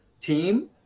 team